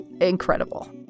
incredible